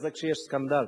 אז זה כשיש סקנדל.